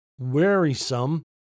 wearisome